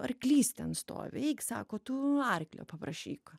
arklys ten stovi eik sako tu arklio paprašyk